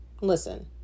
listen